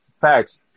Facts